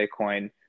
Bitcoin